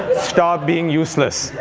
stop being useless.